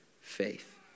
faith